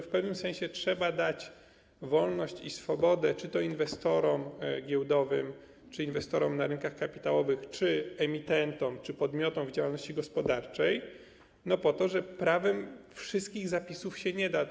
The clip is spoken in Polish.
W pewnym sensie trzeba dać wolność i swobodę czy to inwestorom giełdowym, czy inwestorom na rynkach kapitałowych, czy emitentom, czy podmiotom w działalności gospodarczej, bo prawem wszystkich zapisów się nie da.